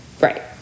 Right